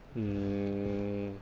mm